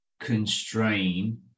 Constrain